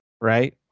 right